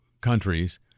countries